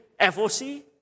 FOC